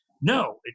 No